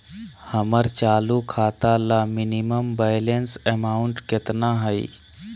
हमर चालू खाता ला मिनिमम बैलेंस अमाउंट केतना हइ?